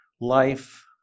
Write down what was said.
life